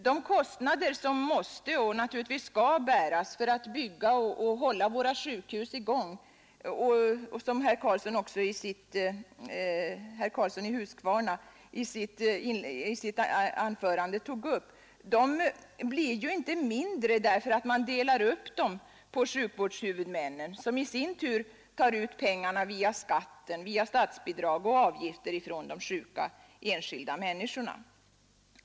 De kostnader som måste bäras för att bygga och hålla våra sjukhus i gång och som herr Karlsson i Huskvarna tog upp i sitt anförande blir inte mindre för att man delar upp dem på sjukvårdshuvudmännen, vilka i sin tur tar ut pengarna via skatt, statsbidrag och avgifter från de sjuka enskilda människorna.